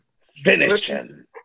finishing